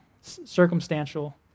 circumstantial